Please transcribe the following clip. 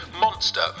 Monster